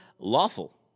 Lawful